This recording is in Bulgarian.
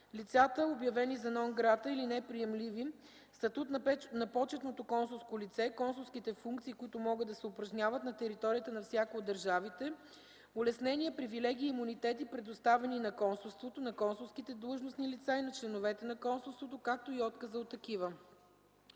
лицата, обявени за „non grata” или неприемливи, статут на почетното консулско лице, консулските функции, които могат да се упражняват на територията на всяка от държавите, улеснения, привилегии и имунитети, предоставени на консулството, на консулските длъжностни лица и на членовете на консулството, както и отказът от такива.